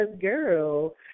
girl